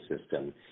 system